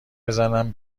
بزنم